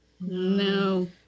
no